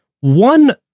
One